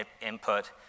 input